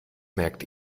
merkt